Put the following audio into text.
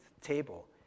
table